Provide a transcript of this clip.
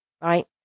right